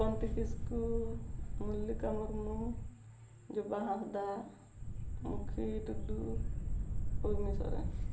Hoponti Kisku Mallika Murmu Joba Hansdak Mukhi Tudu Purni Soren